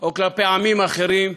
או כלפי עמים אחרים,